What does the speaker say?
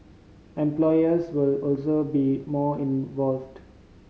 employers will also be more involved